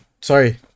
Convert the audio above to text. Sorry